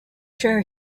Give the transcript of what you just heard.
sure